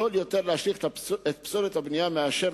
זול יותר להשליך את פסולת הבנייה מאשר